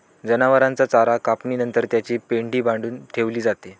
जनावरांचा चारा कापणी नंतर त्याची पेंढी बांधून ठेवली जाते